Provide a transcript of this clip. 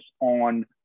on